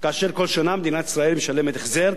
כאשר כל שנה מדינת ישראל משלמת החזר,